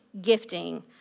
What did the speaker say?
gifting